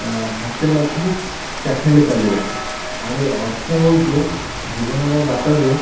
ହାତେ ମାପି ଚାଖଣ୍ଡେ ଚାଲିବା ଆରେ ଅର୍ଥ ହଉଛେ ଜୀବନର ବାଟରେ